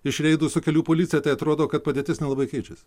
iš reidų su kelių policija tai atrodo kad padėtis nelabai keičiasi